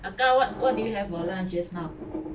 uncle what what do you have for lunch just now